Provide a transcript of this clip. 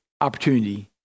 opportunity